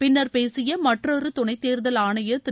பின்னர் பேசிய மற்றொரு துணைத் தேர்தல் ஆணையர் திரு